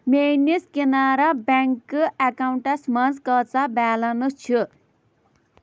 میٛٲنِس کِنارا بٮ۪نٛکہٕ اٮ۪کاوُنٛٹَس منٛز کۭژاہ بیلینٕس چھِ